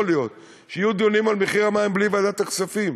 להיות שיהיו דיונים על מחיר המים בלי ועדת הכספים,